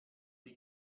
die